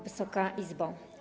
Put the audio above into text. Wysoka Izbo!